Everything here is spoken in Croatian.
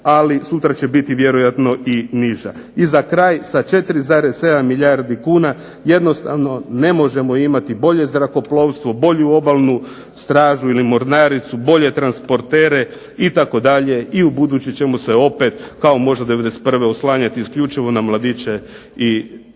Ali sutra će biti vjerojatno i niža. I za kraj. Sa 4,7 milijardi kuna jednostavno ne možemo imati bolje zrakoplovstvo, bolju obalnu stražu ili mornaricu, bolje transportere itd. I u buduće ćemo se opet kao možda '91. oslanjati isključivo na mladiće i cure